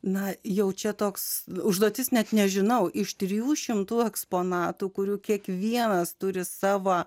na jau čia toks užduotis net nežinau iš trijų šimtų eksponatų kurių kiekvienas turi savo